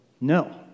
No